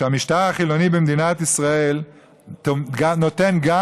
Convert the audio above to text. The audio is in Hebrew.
שהמשטר החילוני במדינת ישראל נותן גם